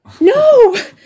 no